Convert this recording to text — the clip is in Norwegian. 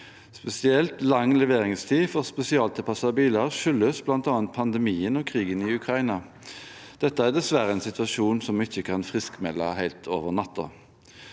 Spesielt lang leveringstid for spesialtilpassede biler skyldes bl.a. pandemien og krigen i Ukraina. Dette er dessverre en situasjon vi ikke kan friskmelde over natten.